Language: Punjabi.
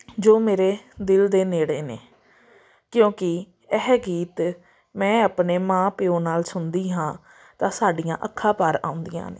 ਜੋ ਮੇਰੇ ਦਿਲ ਦੇ ਨੇੜੇ ਨੇ ਕਿਉਂਕਿ ਇਹ ਗੀਤ ਮੈਂ ਆਪਣੇ ਮਾਂ ਪਿਓ ਨਾਲ ਸੁਣਦੀ ਹਾਂ ਤਾਂ ਸਾਡੀਆਂ ਅੱਖਾਂ ਭਰ ਆਉਂਦੀਆਂ ਨੇ